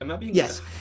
Yes